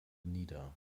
nieder